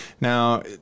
Now